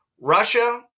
Russia